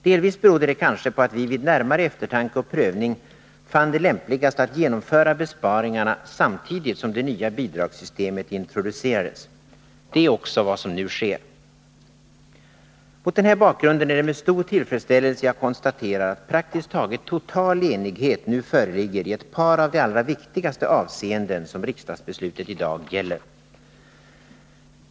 Delvis berodde det kanske på att vi vid närmare eftertanke och prövning fann det lämpligt att genomföra besparingarna samtidigt som det nya bidragssystemet introducerades. Det är också vad som nu sker. Mot den här bakgrunden är det med stor tillfredsställelse jag konstaterar att praktiskt taget total enighet nu föreligger i ett par av de allra viktigaste avseenden som riksdagsbeslutet i dag gäller.